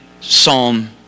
Psalm